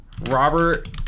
Robert